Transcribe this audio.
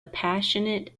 passionate